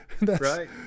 right